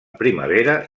primavera